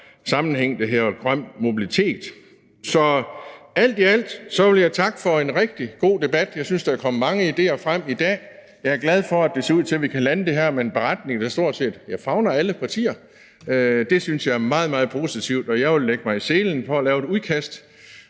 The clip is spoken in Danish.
sammenhæng, der hedder grøn mobilitet. Alt i alt vil jeg takke for en rigtig god debat. Jeg synes, der er kommet mange idéer frem i dag. Jeg er glad for, at det ser ud til, at vi kan lande det her med en beretning, der stort set favner alle partier. Det synes jeg er meget, meget positivt, og jeg vil lægge mig i selen for at lave et udkast,